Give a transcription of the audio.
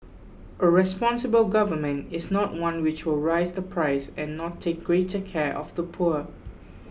a responsible government is not one which will raise the price and not take greater care of the poor